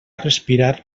respirar